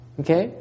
okay